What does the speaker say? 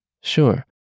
Sure